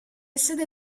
sede